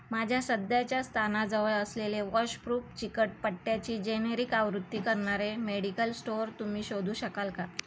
माझ्या सध्याच्या स्थानाजवळ असलेले वॉशप्रूफ चिकट पट्ट्याची जेनेरिक आवृत्ती करणारे मेडिकल स्टोअर तुम्ही शोधू शकाल का